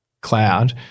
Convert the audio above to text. cloud